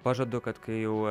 pažadu kad kai jau